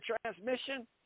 transmission